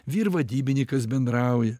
vyrvadybininkas bendrauja